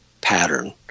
pattern